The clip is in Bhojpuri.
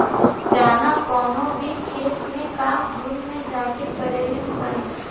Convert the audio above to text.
जाना कवनो भी खेत के काम झुंड में जाके करेली सन